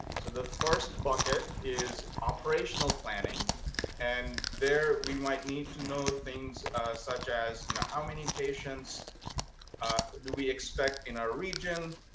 so the first bucket is operational planning and there we might need to know things such as you know how many patients do we expect in our region?